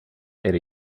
era